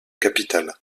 capitale